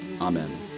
Amen